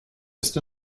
ist